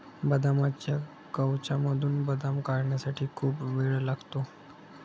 बदामाच्या कवचामधून बदाम काढण्यासाठी खूप वेळ लागतो